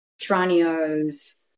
Tranio's